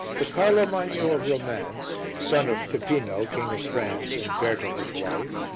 the carlo magno of romance, son of pipino, king of france, and berta, his wife,